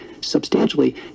substantially